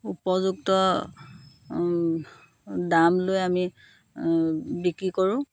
উপযুক্ত দাম লৈ আমি বিক্ৰী কৰোঁ